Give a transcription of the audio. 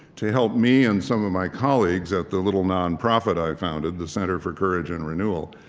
to help me and some of my colleagues at the little non-profit i founded, the center for courage and renewal,